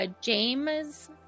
James